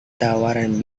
tawaran